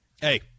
Hey